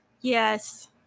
Yes